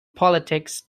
politics